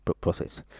process